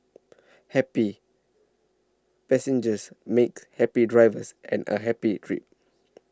happy passengers make happy drivers and a happy trip